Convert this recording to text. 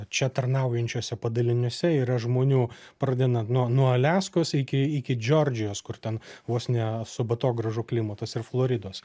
čia tarnaujančiuose padaliniuose yra žmonių pradedant nuo nuo aliaskos iki iki džordžijos kur ten vos ne subatogražų klimatas ir floridos